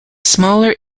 smaller